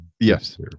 Yes